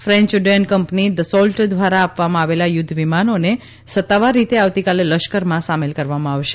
French ઉડ્ડયન company Dassault દ્વારા આપવામાં આવેલા યુદ્ધ વિમાનોને સત્તાવાર રીતે આવતીકાલે લશ્કરમાં સામેલ કરવામાં આવશે